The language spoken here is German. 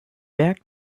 berg